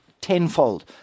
tenfold